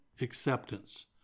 acceptance